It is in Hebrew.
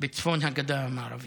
בצפון הגדה המערבית.